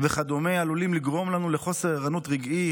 וכדומה עלולים לגרום לנו לחוסר ערנות רגעי,